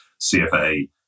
CFA